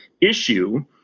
issue